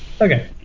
Okay